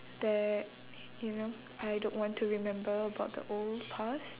that you know I don't want to remember about the old past